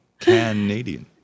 Canadian